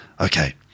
Okay